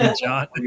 John